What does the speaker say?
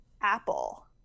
apple